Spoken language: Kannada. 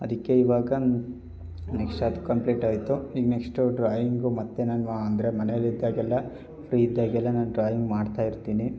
ಅದಕ್ಕೆ ಈವಾಗ ನೆಕ್ಸ್ಟ್ ಅದು ಕಂಪ್ಲೀಟ್ ಆಯಿತು ಈಗ ನೆಕ್ಸ್ಟು ಡ್ರಾಯಿಂಗು ಮತ್ತು ನಾನು ಅಂದರೆ ಮನೆಯಲ್ಲಿದ್ದಾಗೆಲ್ಲ ಫ್ರೀ ಇದ್ದಾಗೆಲ್ಲ ನಾನು ಡ್ರಾಯಿಂಗ್ ಮಾಡ್ತಾರ್ಯಿತೀನಿ